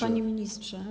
Panie Ministrze!